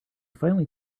finally